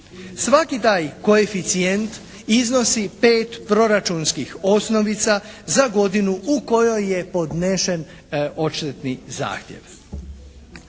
Svaki taj koeficijent iznosi pet proračunskih osnovica za godinu u kojoj je podnesen odštetni zahtjev.